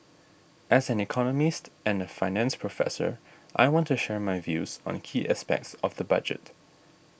as an economist and a finance professor I want to share my views on key aspects of the budget